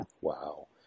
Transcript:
Wow